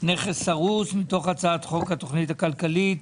נכס הרוס, מתוך הצעת חוק התכנית הכלכלית.